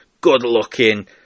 good-looking